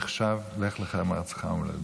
נחשב "לך לך מארצך וממולדתך".